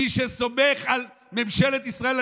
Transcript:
מי שסומך על ממשלת ישראל,